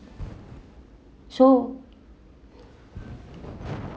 so